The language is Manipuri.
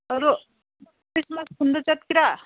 ꯑꯗꯨ ꯈ꯭ꯔꯤꯁꯃꯥꯁ ꯈꯨꯟꯗ ꯆꯠꯀꯦꯔꯥ